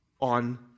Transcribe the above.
on